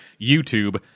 YouTube